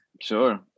Sure